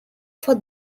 for